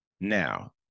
Now